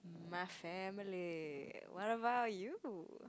my family what about you